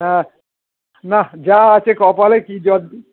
হ্যাঁ না যা আছে কপালে কি যত দিন